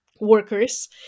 workers